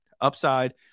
upside